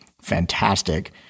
fantastic